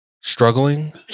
struggling